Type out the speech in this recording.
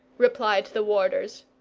replied the warders.